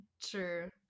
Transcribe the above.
true